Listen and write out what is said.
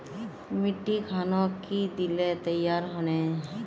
मिट्टी खानोक की दिले तैयार होने?